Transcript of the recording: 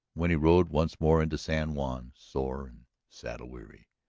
when he rode once more into san juan, sore and saddle-weary.